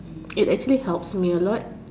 it actually helps me a lot